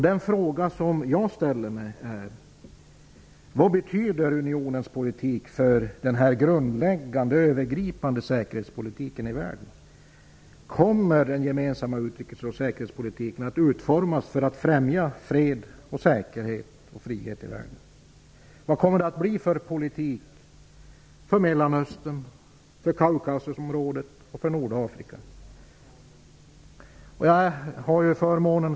Den fråga jag ställer mig är vad unionens politik betyder för den grundläggande och övergripande säkerhetspolitiken i världen? Kommer den gemensamma utrikes och säkerhetspolitiken att utformas för att främja fred, säkerhet och frihet i världen? Vad blir det för politik i Mellanöstern, Kaukasusområdet och Nordafrika?